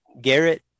Garrett